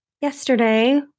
yesterday